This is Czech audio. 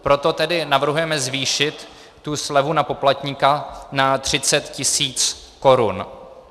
Proto tedy navrhujeme zvýšit tu slevu na poplatníka na 30 tis. korun.